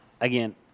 again